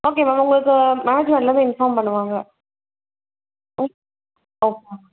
okay ma'am உங்களுக்கு manager எல்லாமே inform பண்ணுவாங்க ஓக் ஓகே மேம்